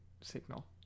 signal